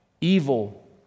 evil